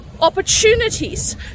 opportunities